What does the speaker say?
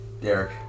Derek